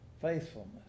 faithfulness